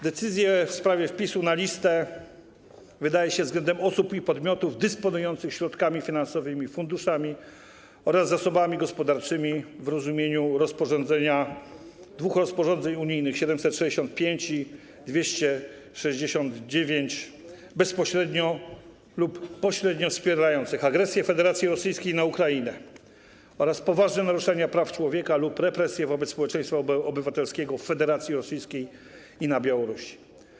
Decyzje w sprawie wpisu na listę wydaje się względem osób i podmiotów dysponujących środkami finansowymi, funduszami oraz zasobami gospodarczymi w rozumieniu dwóch rozporządzeń unijnych, 765 i 269, bezpośrednio lub pośrednio wspierających agresję Federacji Rosyjskiej na Ukrainę oraz poważne naruszenia praw człowieka lub represje wobec społeczeństwa obywatelskiego w Federacji Rosyjskiej i na Białorusi.